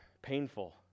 Painful